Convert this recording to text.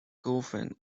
girlfriend